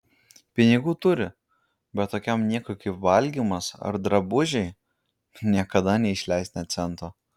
pinigų turi bet tokiam niekui kaip valgymas ar drabužiai niekada neišleis nė cento